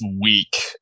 week